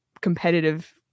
competitive